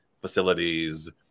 facilities